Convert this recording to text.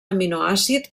aminoàcid